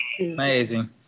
amazing